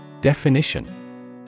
Definition